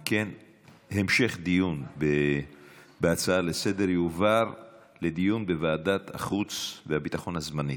המשך הדיון בהצעה לסדר-היום יועבר לדיון בוועדת החוץ והביטחון הזמנית.